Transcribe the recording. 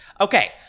Okay